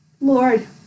Lord